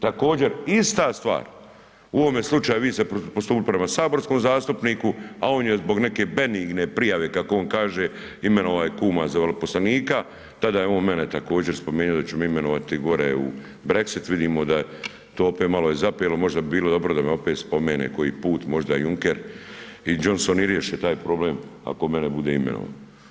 Također ista stvar u ovome slučaju vi ste postupili prema saborskom zastupniku, a on je zbog neke benigne prijave kako on kaže imenovao je kuma za veleposlanika, tada je on mene također spominjao da će me imenovati gore u Brexit vidimo da to opet malo je zapelo, možda bi bilo dobro da me opet spomene koji put možda Juncker i Johnson i riješe taj problem ako mene bude imenovao.